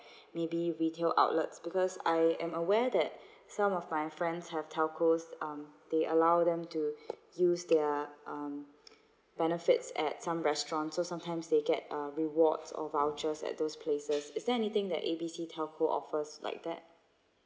maybe retail outlets because I am aware that some of my friends have telco um they allow them to use their um benefits at some restaurants so sometimes they get uh rewards or vouchers at those places is there anything that A B C telco offers like that